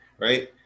right